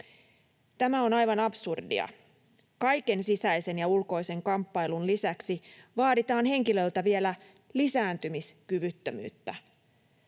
Tämä on aivan absurdia. Kaiken sisäisen ja ulkoisen kamppailun lisäksi vaaditaan henkilöltä vielä lisääntymiskyvyttömyyttä.